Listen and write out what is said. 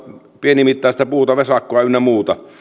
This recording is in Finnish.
pienimittaista puuta vesakkoa ynnä muuta